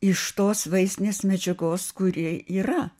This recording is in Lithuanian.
iš tos vaizdinės medžiagos kuri yra